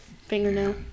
fingernail